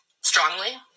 strongly